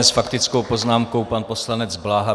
S faktickou poznámkou pan poslanec Bláha.